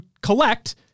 collect